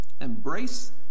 Embrace